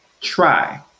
try